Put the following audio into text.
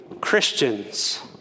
Christians